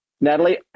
Natalie